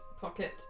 pocket